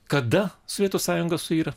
kada sovietų sąjunga suiro